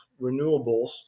renewables